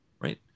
right